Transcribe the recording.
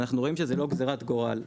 אנחנו רואים שזו לא גזירת גורל.